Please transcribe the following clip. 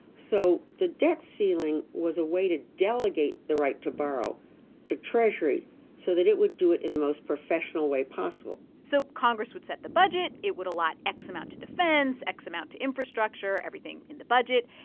so the debt ceiling was a way to delegate the right to borrow to treasury so that it would do it in the most professional way possible so congress would set the budget. it would allot x amount to defense, x amount to infrastructure, everything in the budget.